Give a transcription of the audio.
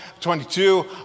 22